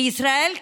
בישראל,